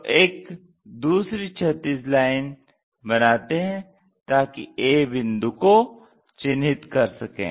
तो एक दूसरी क्षैतिज लाइन बनाते हैं ताकि a बिंदु को चिन्हित कर सकें